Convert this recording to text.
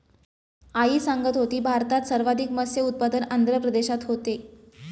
आई सांगत होती, भारतात सर्वाधिक मत्स्य उत्पादन आंध्र प्रदेशात होते